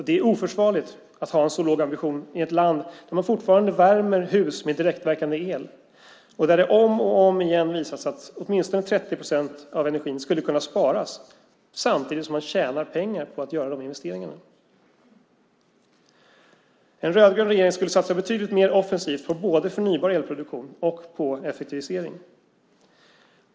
Det är oförsvarligt att ha en så låg ambition i ett land där man fortfarande värmer hus med direktverkande el och där det om och om igen har visat sig att åtminstone 30 procent av energin skulle kunna sparas samtidigt som man tjänar pengar på att göra de investeringarna. En rödgrön regering skulle satsa betydligt mer offensivt på både förnybar elproduktion och effektivisering.